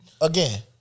again